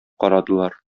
карадылар